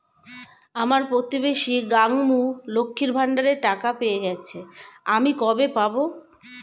আমার প্রতিবেশী গাঙ্মু, লক্ষ্মীর ভান্ডারের টাকা পেয়ে গেছে, আমি কবে পাব?